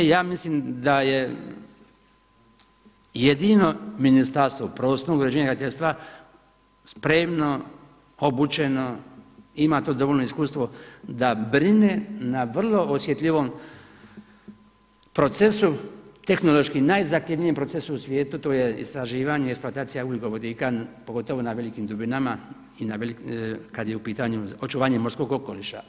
Ja mislim da je jedino Ministarstvo prostornog uređenja i graditeljstva spremno, obučeno, ima to dovoljno iskustvo da brine na vrlo osjetljivom procesu, tehnološki najzahtjevnijem procesu u svijetu to je istraživanje, eksploatacija ugljikovodika pogotovo na velikim dubinama kad je u pitanju očuvanje morskog okoliša.